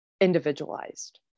individualized